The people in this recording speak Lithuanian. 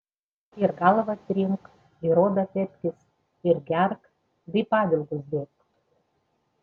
ir galvą trink ir odą tepkis ir gerk bei pavilgus dėk